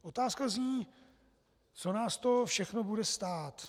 Otázka zní, co nás to všechno bude stát.